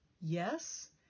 yes